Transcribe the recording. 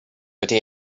wedi